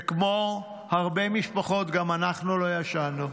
וכמו הרבה משפחות גם אנחנו לא ישנו.